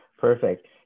perfect